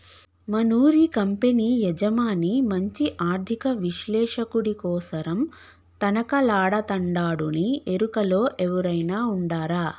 మనూరి కంపెనీ యజమాని మంచి ఆర్థిక విశ్లేషకుడి కోసరం తనకలాడతండాడునీ ఎరుకలో ఎవురైనా ఉండారా